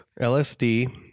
LSD